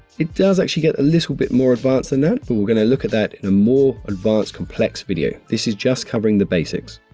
it does actually get a little bit more advanced than that but we're gonna look at that in a more advanced complex video, this is just covering the basics.